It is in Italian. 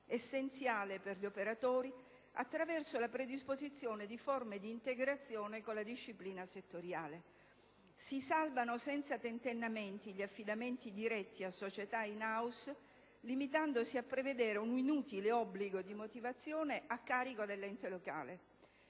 essenziale per gli operatori, attraverso la predisposizione di forme di integrazione con la disciplina settoriale. Si salvano senza tentennamenti gli affidamenti diretti a società *in house*, limitandosi a prevedere un inutile obbligo di motivazione a carico dell'ente locale;